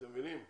אתם מבינים?